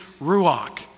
ruach